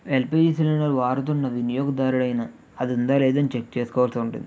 LPG cylinder వారుతున్న వినియోగదారుడైన అది ఉందా లేదా అని చెక్ చేసుకోవాల్సి ఉంటుంది